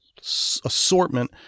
assortment